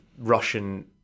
Russian